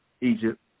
Egypt